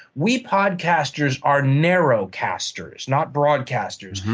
we podcasters are narrow casters, not broadcasters.